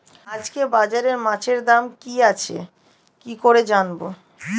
আজকে বাজারে মাছের দাম কি আছে কি করে জানবো?